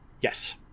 Yes